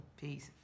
Peace